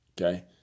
okay